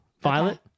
Violet